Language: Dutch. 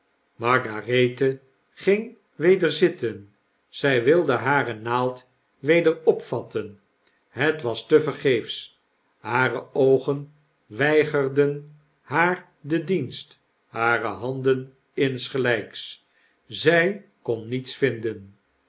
margarethe ging weder zitten zy wilde hare naald weder opvatten het was tevergeefs hare oogen weigerden haar den dienst hare handen insgelyks zy kon niets vinden